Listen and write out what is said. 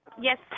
Yes